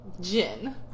Gin